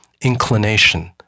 inclination